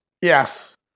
Yes